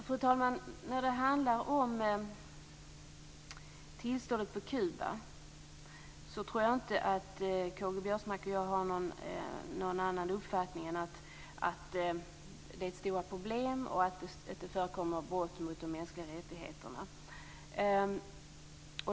Fru talman! Jag tror inte att Karl-Göran Biörsmark och jag har någon annan uppfattning om tillståndet på Kuba än att det där råder stora problem och förekommer brott mot de mänskliga rättigheterna.